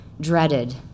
dreaded